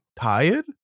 tired